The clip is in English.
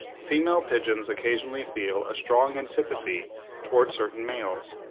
female pigeons occasionally feel a strong antipathy towards certain males,